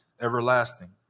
everlasting